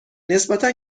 نسبتا